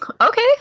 Okay